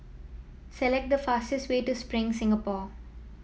select the fastest way to Spring Singapore